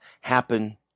happen